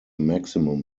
maximum